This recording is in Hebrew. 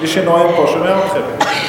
מי שנואם פה שומע אתכם.